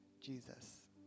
Jesus